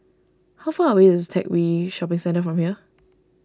how far away is Teck Whye Shopping Centre from here